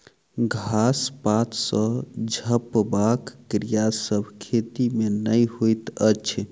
घास पात सॅ झपबाक क्रिया सभ खेती मे नै होइत अछि